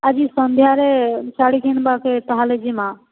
ଆଜି ସନ୍ଧ୍ୟାରେ ଶାଢ଼ୀ ଘିନ୍ବାକେ ତା'ହେଲେ ଯିମା